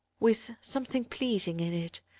with something pleasing in it,